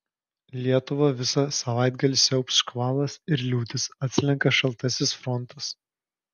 lietuvą visą savaitgalį siaubs škvalas ir liūtys atslenka šaltasis frontas